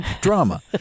drama